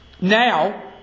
Now